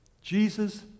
Jesus